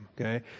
okay